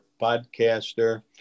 podcaster